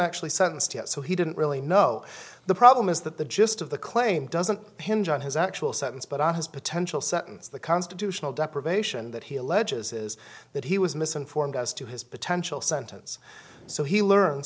actually sentenced yet so he didn't really know the problem is that the gist of the claim doesn't hinge on his actual sentence but on his potential sentence the constitutional deprivation that he alleges is that he was misinformed as to his potential sentence so he learns